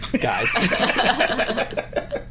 Guys